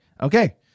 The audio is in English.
okay